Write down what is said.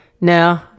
No